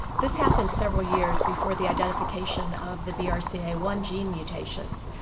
this happened several years before the identification of the b r c a one gene mutations,